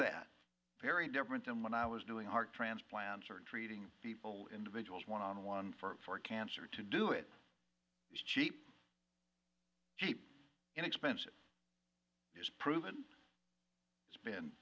that very different than when i was doing heart transplant answered treating people individuals one on one for cancer to do it is cheap cheap inexpensive is proven it's been